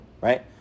right